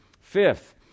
Fifth